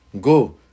go